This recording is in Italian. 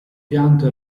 pianto